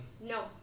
No